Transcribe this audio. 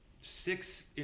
six